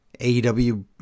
AEW